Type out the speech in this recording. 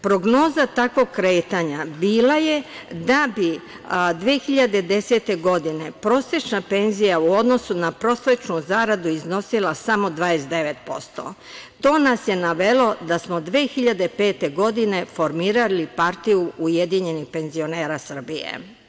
Prognoza takvog kretanja bila je da bi 2010. godine prosečna penzija u odnosu na prosečnu zaradu iznosila samo 29% to nas je navelo da smo 2005. godine formirali Partiju ujedinjenih penzionera Srbije.